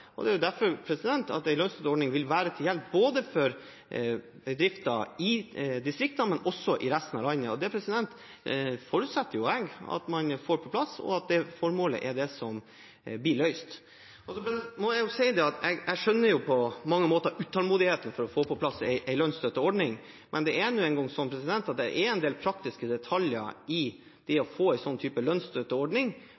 Det er derfor en lønnsstøtteordning vil være til hjelp for bedrifter i distriktene, men også i resten av landet. Det forutsetter jeg at man får på plass – og at det formålet er det som blir løst. Og så må jeg si at jeg på mange måter skjønner utålmodigheten for å få på plass en lønnsstøtteordning. Men det er nå engang sånn at det er en del praktiske detaljer rundt det å få på plass en sånn type lønnsstøtteordning som nødvendigvis må avklares. Den skal også utformes i samarbeid med partene i arbeidslivet, sånn som de